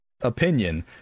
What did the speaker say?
opinion